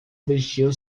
vestiu